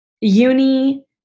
Uni